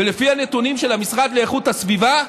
ולפי הנתונים של המשרד לאיכות הסביבה,